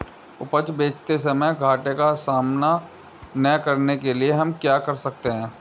उपज बेचते समय घाटे का सामना न करने के लिए हम क्या कर सकते हैं?